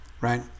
right